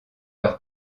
leur